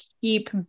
keep